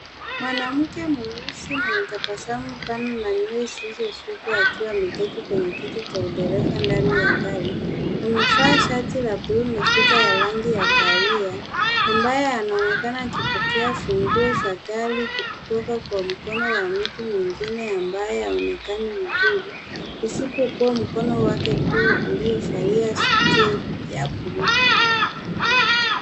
Mwanamke mweusi mwenye tabasamu pana na nywele zilizosukwa akiwa ameketi kwenye kiti cha dereva ndani ya gari. Amevaa shati la buluu na sweta ya rangi ya kahawia, ambaye anaonekana akipokea funguo za gari kutoka kwa mkono wa mtu mwengine ambaye haonekani vizuri, isipokuwa mkono wake tu uliovalia suti ya buluu.